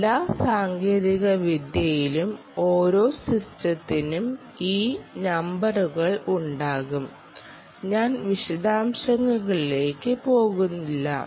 എല്ലാ സാങ്കേതികവിദ്യയിലും ഓരോ സിസ്റ്റത്തിനും ഈ നമ്പറുകൾ ഉണ്ടാകും ഞാൻ വിശദാംശങ്ങളിലേക്ക് പോകില്ല